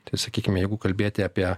tai sakykime jeigu kalbėti apie